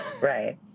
Right